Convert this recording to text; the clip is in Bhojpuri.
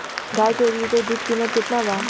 गाय के एक लीटर दूध कीमत केतना बा?